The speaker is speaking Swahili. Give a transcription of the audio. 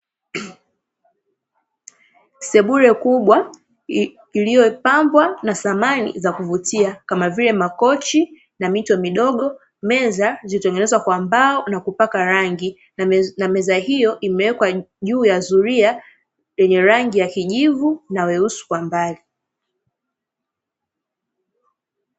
Sebure kubwa iliyo pambwa na samani za kuvutia kama vile makochi na mito midogo, meza zilizo tengenezwa kwa mbao na kupakwa rangi, na meza hiyo imewekwa juu ya zuria lenye rangi ya kijivu na weusi kwa mbali.